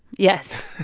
yes.